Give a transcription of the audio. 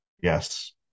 Yes